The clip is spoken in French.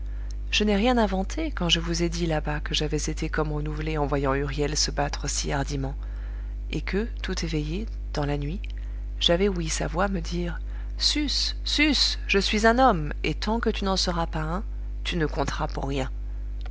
je n'ai rien inventé quand je vous ai dit là-bas que j'avais été comme renouvelé en voyant huriel se battre si hardiment et que tout éveillé dans la nuit j'avais ouï sa voix me dire sus sus je suis un homme et tant que tu n'en seras pas un tu ne compteras pour rien